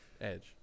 Edge